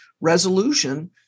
resolution